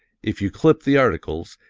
if you clip the articles,